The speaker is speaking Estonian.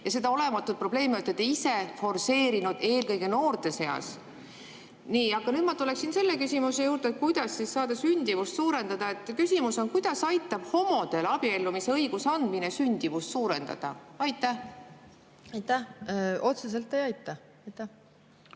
Seda olematut probleemi olete te ise forsseerinud eelkõige noorte seas. Aga nüüd ma tuleksin selle küsimuse juurde, kuidas sündimust suurendada. Küsimus on: kuidas aitab homodele abiellumise õiguse andmine sündimust suurendada? Aitäh! Otseselt ei aita. Aitäh!